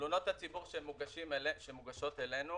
בתלונות הציבור שמוגשות אלינו,